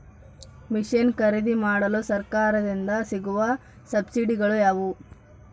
Mission ಖರೇದಿಮಾಡಲು ಸರಕಾರದಿಂದ ಸಿಗುವ ಸಬ್ಸಿಡಿಗಳು ಯಾವುವು?